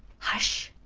hush!